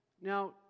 Now